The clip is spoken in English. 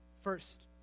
First